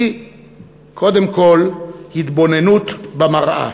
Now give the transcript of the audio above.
היא קודם כול התבוננות במראה.